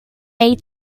may